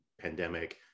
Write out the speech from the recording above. pandemic